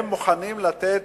הם מוכנים לתת